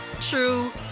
true